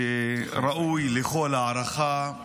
שראוי לכל הערכה.